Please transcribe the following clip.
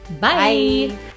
Bye